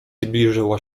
zbliżyła